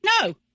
no